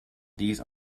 these